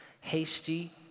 hasty